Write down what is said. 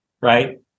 right